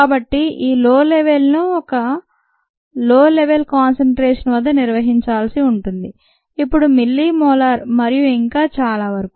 కాబట్టి ఈ low level ను ఒక లో లెవెల్ కాన్సెన్ట్రేషన్ వద్ద నిర్వహించాల్సి ఉంటుంది ఇప్పుడు మిల్లీమోలార్ మరియు ఇంకా చాలా వరకు